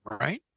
right